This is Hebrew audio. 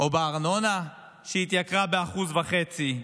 או בארנונה, שהתייקרה ב-1.5%,